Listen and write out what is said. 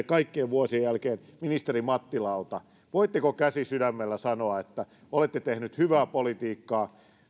kaikkien vuosien jälkeen ministeri mattilalta voitteko käsi sydämellä sanoa että olette tehnyt hyvää politiikkaa